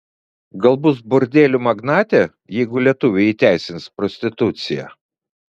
gal bus bordelių magnatė jeigu lietuviai įteisins prostituciją